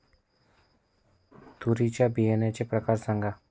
तूरीच्या बियाण्याचे प्रकार सांगा